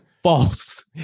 False